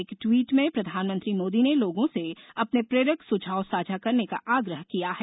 एक टवीट में प्रधानमंत्री मोदी ने लोगों से अपने प्रेरक सुझाव साझा करने का आग्रह किया है